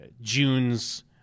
June's –